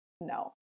no